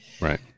right